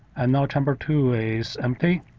and now chamber two is empty,